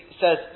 says